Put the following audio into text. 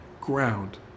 ground